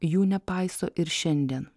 jų nepaiso ir šiandien